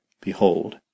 Behold